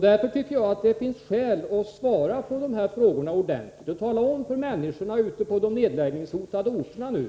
Därför tycker jag att det finns skäl att svara ordentligt på mina frågor och tala om för människorna ute på de nedläggningshotade orterna